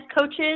coaches